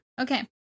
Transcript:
Okay